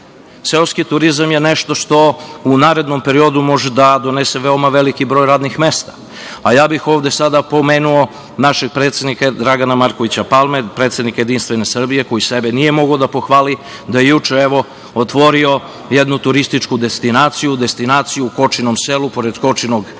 turizam je nešto što u narednom periodu može da donese veoma veliki broj radnih mesta. A, ja bih ovde sada pomenuo našeg predsednika Dragana Markovića Palmu, predsednika JS, koji sebe nije mogao da pohvali da je juče otvorio jednu turističku destinaciju, destinaciju u Kočinom selu, pored Kočinog hrasta